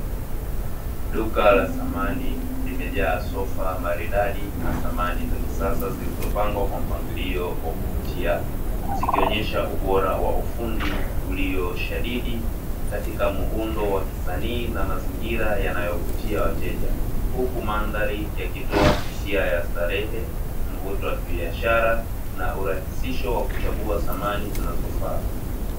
Duka la samani limejaa sofa maridadi na samani za kisasa zilizopangwa kwa mpangilio wa kuvutia, zikionyesha ubora wa ufundi ulio shadidi katika muundo wa kisanii na mazingira yanayovutia wateja; huku mandhari yakitoa hisia ya starehe, mvuto wa kibiashara na urahisisho wa kuchagua samani zinazofaa.